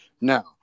Now